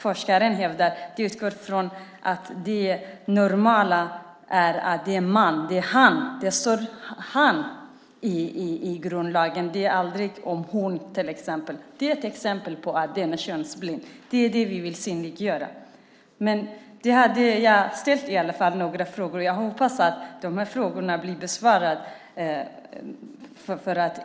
Forskare hävdar att det normala är att det är man, han. Det står "han" i grundlagen, det är aldrig "hon". Det är ett exempel på denna könsblindhet, och det är det vi vill synliggöra. Jag har ställt några frågor här, och jag hoppas att de blir besvarade.